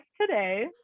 today